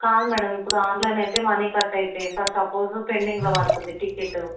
కాదు మ్యాడమ్ ఇపుడు ఆన్లైన్ అయితే మనీ కట్ అయితాయి ఫర్ సపోజ్ పెండింగ్లో పడుతుంది టికెట్టు